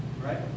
Right